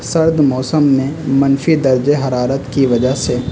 سرد موسم میں منفی درجۂ حرارت کی وجہ سے